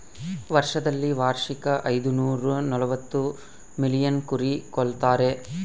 ವಿಶ್ವದಲ್ಲಿ ವಾರ್ಷಿಕ ಐದುನೂರನಲವತ್ತು ಮಿಲಿಯನ್ ಕುರಿ ಕೊಲ್ತಾರೆ